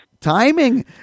timing